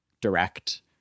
direct